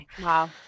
Wow